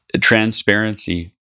transparency